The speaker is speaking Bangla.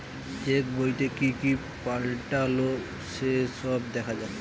চেক বইতে কি কি পাল্টালো সে সব দেখা যায়